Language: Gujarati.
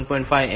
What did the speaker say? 5 M 6